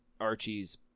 Archie's